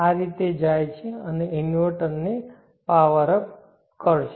આ જાય છે અને આ ઇન્વર્ટરને પાવર અપ કરશે